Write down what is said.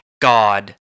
God